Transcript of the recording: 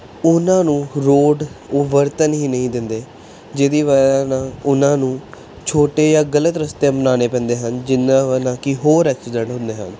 ਉਨ੍ਹਾਂ ਨੂੰ ਰੋਡ ਉਹ ਵਰਤਣ ਹੀ ਨਹੀਂ ਦਿੰਦੇ ਜਿਹਦੀ ਵਜ੍ਹਾ ਨਾਲ ਉਹਨਾਂ ਨੂੰ ਛੋਟੇ ਜਾਂ ਗਲਤ ਰਸਤੇ ਅਪਣਾਉਣੇ ਪੈਂਦੇ ਹਨ ਜਿਨ੍ਹਾਂ ਵਾ ਨਾ ਕਿ ਹੋਰ ਐਕਸੀਡੈਂਟ ਹੁੰਦੇ ਹਨ